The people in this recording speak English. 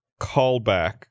Callback